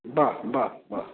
वाह वाह वाह